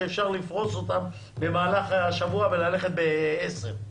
שאפשר לפרוס אותן במהלך השבוע וללכת בעשר.